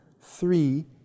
three